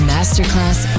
Masterclass